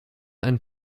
ein